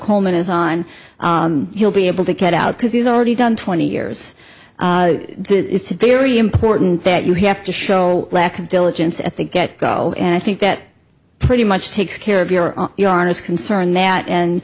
coleman is on he'll be able to get out because he's already done twenty years it's very important that you have to show lack of diligence at the get go and i think that pretty much takes care of your own you aren't as concerned that and